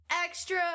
extra